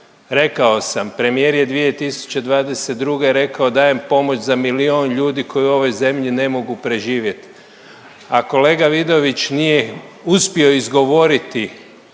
Rekao sam premijer je 2022. rekao dajem pomoć za milijun ljudi koji u ovoj zemlji ne mogu preživjeti, a kolega Vidović nije uspio izgovoriti